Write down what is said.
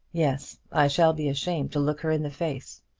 yes i shall be ashamed to look her in the face.